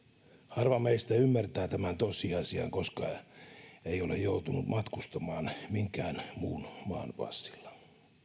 harva meistä ymmärtää tämän tosiasian koska ei ole joutunut matkustamaan minkään muun maan passilla